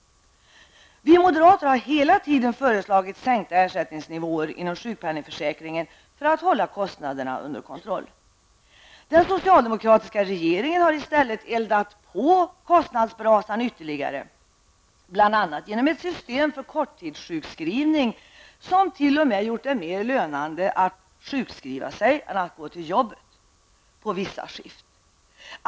Vi moderater har hela tiden föreslagit sänkta ersättningsnivåer inom sjukpenningförsäkringen för att hålla kostnaderna under kontroll. Den socialdemokratiska regeringen har i stället eldat på kostnadsbrasan ytterligare, bl.a. genom ett system för korttidssjukskrivning, som t.o.m. gjort det mer lönande att vara sjukskriven än att gå till jobbet.